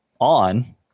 on